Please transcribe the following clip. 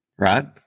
Right